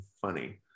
funny